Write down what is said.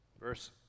Verse